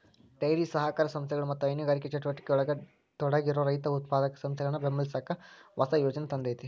dairy ಸಹಕಾರಿ ಸಂಸ್ಥೆಗಳು ಮತ್ತ ಹೈನುಗಾರಿಕೆ ಚಟುವಟಿಕೆಯೊಳಗ ತೊಡಗಿರೋ ರೈತ ಉತ್ಪಾದಕ ಸಂಸ್ಥೆಗಳನ್ನ ಬೆಂಬಲಸಾಕ ಹೊಸ ಯೋಜನೆ ತಂದೇತಿ